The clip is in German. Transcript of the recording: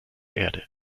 erde